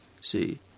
see